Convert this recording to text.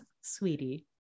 sweetie